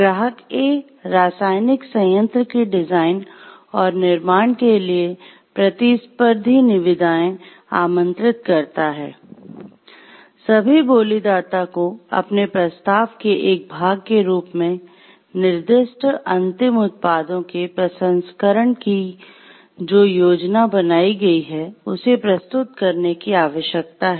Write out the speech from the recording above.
ग्राहक ए रासायनिक संयंत्र की डिजाइन और निर्माण के लिए "प्रतिस्पर्धी निविदाएँ" की जो योजना बनाई गई है उसे प्रस्तुत करने की आवश्यकता है